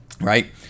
right